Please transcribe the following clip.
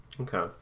Okay